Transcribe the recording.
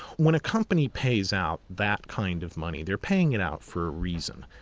when a company pays out that kind of money they are paying it out for a reason.